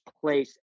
place